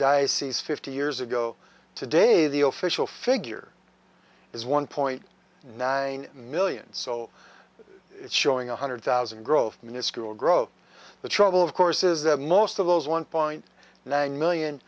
diocese fifty years ago today the official figure is one point nine million so it's showing one hundred thousand growth minuscule growth the trouble of course is that most of those one point nine million